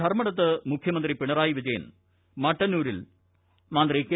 ധർമ്മടത്ത് മുഖ്യമന്ത്രി പിണറായി വിജയൻ മട്ടന്നൂരിൽ മന്ത്രി കെ